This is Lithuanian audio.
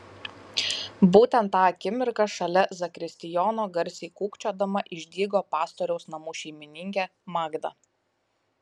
būtent tą akimirką šalia zakristijono garsiai kūkčiodama išdygo pastoriaus namų šeimininkė magda